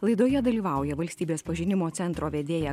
laidoje dalyvauja valstybės pažinimo centro vedėja